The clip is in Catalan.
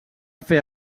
fer